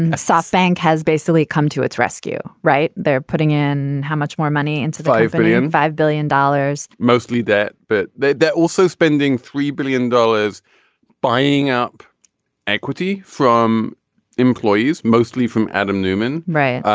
and softbank has basically come to its rescue. right. they're putting in how much more money into five billion five billion dollars mostly that but they're they're also spending three billion dollars buying up equity from employees mostly from adam newman. right.